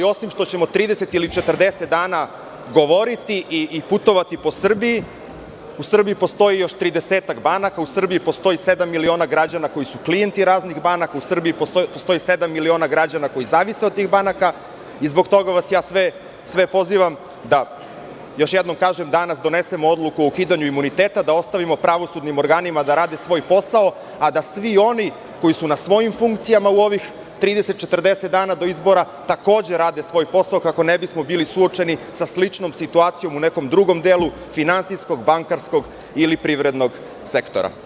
Osim što ćemo 30 ili 40 dana govoriti i putovati po Srbiji, u Srbiji postoji još tridesetak banaka, u Srbiji postoji sedam miliona građana koji su klijenti raznih banaka, u Srbiji postoji sedam miliona građana koji zavise od tih banaka i zbog toga vas sve pozivam da, još jednom kažem, danas donesemo odluku o ukidanju imuniteta, da ostavimo pravosudnim organima da rade svoj posao, a da svi oni koji su na svojim funkcijama u ovih 30 ili 40 dana do izbora takođe rade svoj posao kako ne bismo bili suočeni sa sličnom situacijom u nekom drugom delu finansijskog, bankarskog ili privrednog sektora.